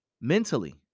Mentally